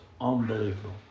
unbelievable